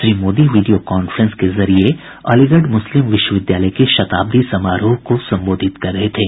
Shri Modi video conference के जरिए Aligarh Muslim विश्वविद्यालय के शताब्दी समारोह को संबोधित कर रहे थे